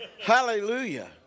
Hallelujah